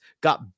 got